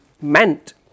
meant